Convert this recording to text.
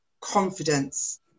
confidence